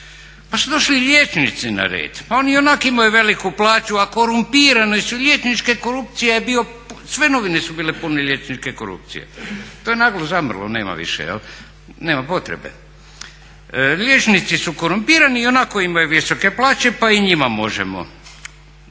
Pa su došli liječnici na red, oni ionako imaju veliku plaću a korumpirani su. Liječnička korupcija je bio, sve novine su bile pune liječničke korupcije. To je naglo zamrlo, nema više, nema potrebe. Liječnici su korumpirani, ionako imaju visoke plaće pa i njima možemo